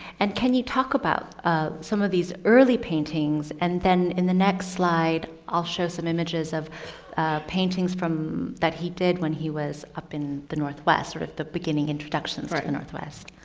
and can you talk about ah some of these early paintings and then in the next slide, i'll show some images of paintings from. that he did when he was up in the northwest, sort of the beginning introduction for the and northwest.